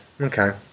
okay